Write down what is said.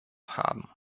haben